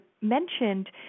mentioned